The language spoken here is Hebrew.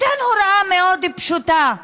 הוא ייתן הוראה מאוד פשוטה: